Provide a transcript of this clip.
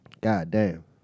goddamn